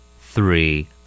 Three